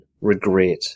regret